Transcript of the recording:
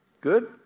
Good